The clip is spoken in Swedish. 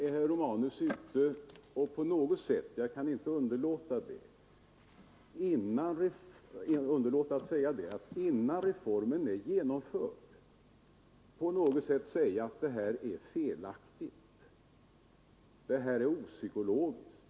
Nu anser herr Romanus — innan reformen är genomförd — att detta är felaktigt, opsykologiskt etc.